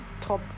top